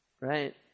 right